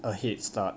a head start